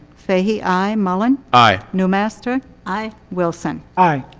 fahey, i. mullin. i. newmaster? i. wilson? i.